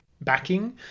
backing